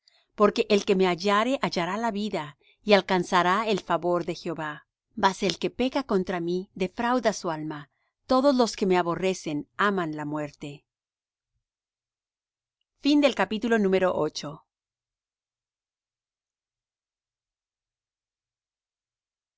porque el que me hallare hallará la vida y alcanzará el favor de jehová mas el que peca contra mí defrauda su alma todos los que me aborrecen aman la muerte la